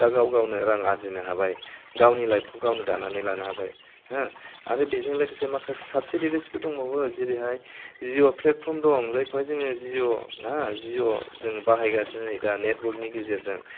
दा गाव गावनो रां आरजिनो हाबाय गावनि लाइफखौ गावनो दानानै लानो हाबाय आरो बेजों लोगोसे माखासे साब्सिडिसबो दंबावो जेरैहाय जिअ प्लेटफर्म दं जायखौहाय जोङो जिअ ना जिअ जोङो बाहायगासिनो नै दा नेटवार्कनि गेजेरजों